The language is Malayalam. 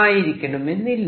ആയിരിക്കണമെന്നില്ല